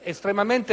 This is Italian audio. estremamente ristretti, anzi inesistenti.